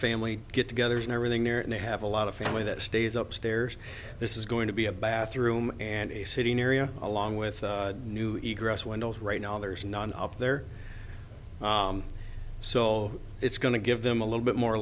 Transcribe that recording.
family get togethers and everything there and they have a lot of family that stays up stairs this is going to be a bathroom and a sitting area along with new windows right now there is none up there so it's going to give them a little bit more